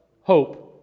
hope